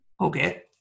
Okay